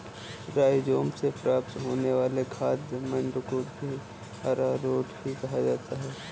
rhizome से प्राप्त होने वाले खाद्य मंड को भी अरारोट ही कहा जाता है